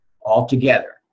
altogether